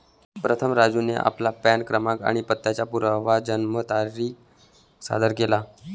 प्रथम राजूने आपला पॅन क्रमांक आणि पत्त्याचा पुरावा जन्मतारीख सादर केला